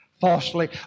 falsely